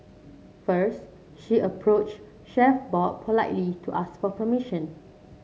first she approached Chef Bob politely to ask for permission